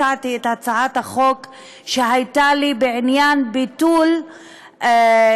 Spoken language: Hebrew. הצעתי את הצעת החוק שהייתה לי בעניין ביטול דמי